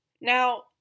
Now